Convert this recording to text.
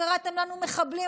קראתם לנו "מחבלים",